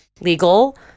legal